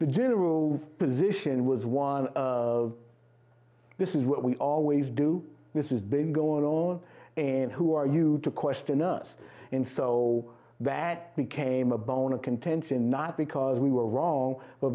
the general position was one of this is what we always do this is been going on and who are you to question us and so that became a bone of contention not because we were wrong